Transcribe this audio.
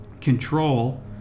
Control